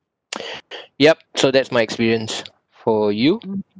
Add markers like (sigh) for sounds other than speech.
(breath) yup so that's my experience for you